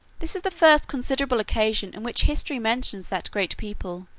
this is the first considerable occasion in which history mentions that great people,